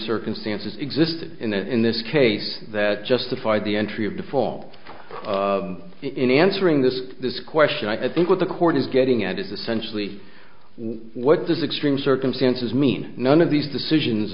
circumstances existed in this case that justified the entry of default in answering this question i think what the court is getting at is essentially what this extreme circumstances mean none of these decisions